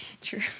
true